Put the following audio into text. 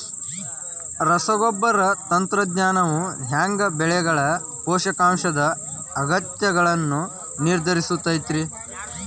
ರಸಗೊಬ್ಬರ ತಂತ್ರಜ್ಞಾನವು ಹ್ಯಾಂಗ ಬೆಳೆಗಳ ಪೋಷಕಾಂಶದ ಅಗತ್ಯಗಳನ್ನ ನಿರ್ಧರಿಸುತೈತ್ರಿ?